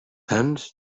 sants